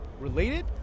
related